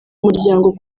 umuryango